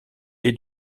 est